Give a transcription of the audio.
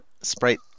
Sprite